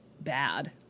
bad